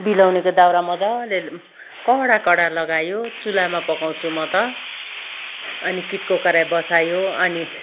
बिलाउनेको दाउरा मजाले कडा कडा लगायो चुलामा पकाउँछु म त अनि किटको कराही बसायो अनि